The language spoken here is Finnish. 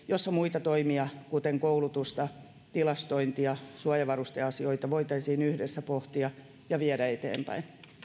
jossa muita toimia kuten koulutusta tilastointia ja suojavarusteasioita voitaisiin yhdessä pohtia ja viedä eteenpäin